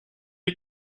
est